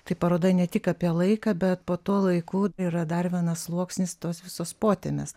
tai paroda ne tik apie laiką bet po tuo laiku yra dar vienasluoksnis tos visos potemės